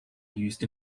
used